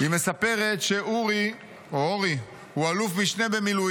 היא מספרת ש"'אורי הוא אלוף משנה במיל',